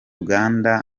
uganda